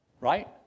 Right